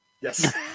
Yes